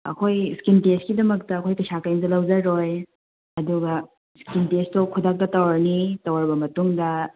ꯑꯩꯈꯣꯏ ꯏꯁꯀꯤꯟ ꯇꯦꯁꯀꯤꯗꯃꯛꯇ ꯑꯩꯈꯣꯏ ꯄꯩꯁꯥ ꯀꯔꯤꯝꯇ ꯂꯧꯖꯔꯣꯏ ꯑꯗꯨꯒ ꯏꯁꯀꯤꯟ ꯇꯦꯁꯇꯨ ꯈꯨꯗꯛꯇ ꯇꯧꯔꯅꯤ ꯇꯧꯔꯕ ꯃꯇꯨꯡꯗ